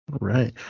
Right